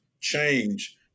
change